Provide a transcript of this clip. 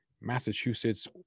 Massachusetts